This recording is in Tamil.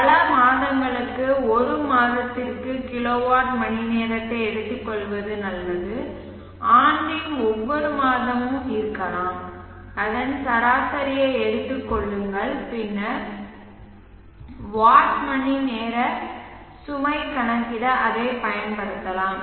பல மாதங்களுக்கு ஒரு மாதத்திற்கு கிலோவாட் மணிநேரத்தை எடுத்துக்கொள்வது நல்லது ஆண்டின் ஒவ்வொரு மாதமும் இருக்கலாம் அதன் சராசரியை எடுத்துக் கொள்ளுங்கள் பின்னர் வாட் மணிநேர சுமை கணக்கிட அதைப் பயன்படுத்தலாம்